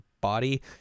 body